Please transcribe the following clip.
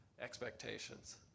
expectations